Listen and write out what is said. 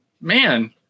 Man